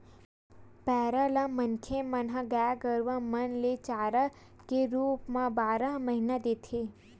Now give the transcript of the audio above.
पेरा ल मनखे मन ह गाय गरुवा मन ल चारा के रुप म बारह महिना देथे